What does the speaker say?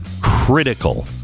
critical